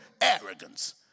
Arrogance